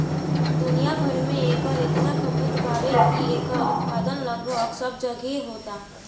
दुनिया भर में एकर इतना खपत बावे की एकर उत्पादन लगभग सब जगहे होता